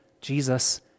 Jesus